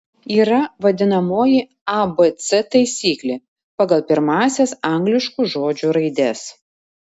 yra vadinamoji abc taisyklė pagal pirmąsias angliškų žodžių raides